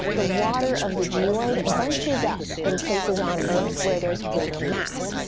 the water of the geoid bunches up in places on earth where there's greater mass,